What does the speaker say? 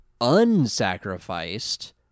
unsacrificed